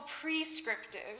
prescriptive